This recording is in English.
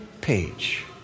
page